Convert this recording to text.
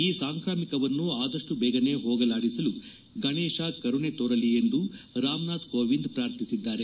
ಈ ಸಾಂಕ್ರಾಮಿಕ ರೋಗವನ್ನು ಆದಷ್ಟು ಬೇಗನೆ ಹೋಗಲಾಡಿಸಲು ಗಣೇಶ ಕರುಣೆ ತೋರಲಿ ಎಂದು ರಾಮನಾಥ್ ಕೋವಿಂದ್ ಪ್ರಾರ್ಥಿಸಿದ್ದಾರೆ